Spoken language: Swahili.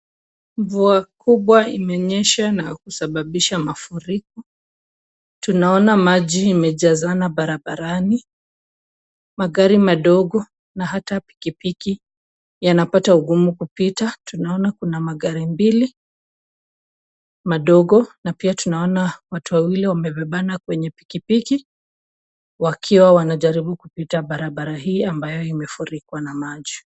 Mvua kubwa imenyesha na kusababisha mafuriko. Tunaona maji imejazana barabarani, magari madogo na hata pikipiki yanapata ugumu kupita. Tunaona kuna magari mbili madogo na pia tunaona watu wawili wamebebana kwenye pikipiki wakiwa wanajaribu kupita barabara hii ambayo imefurikwa na maji.